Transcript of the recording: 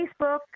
facebook